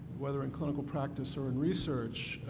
whether in clinical practice or in research,